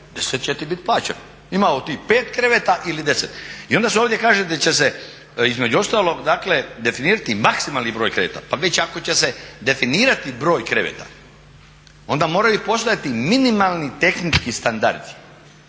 10 će ti biti plaćeno. Imao ti 5 kreveta ili 10. I onda se ovdje kaže da će se između ostalog dakle definirati maksimalni broj kreveta. Pa već ako će se definirati broj kreveta onda moraju postojati i minimalni tehnički standardi.